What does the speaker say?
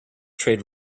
trade